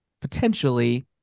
potentially